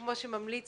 כמו שממליץ